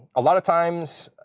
a lot of times,